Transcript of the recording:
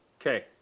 Okay